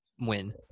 win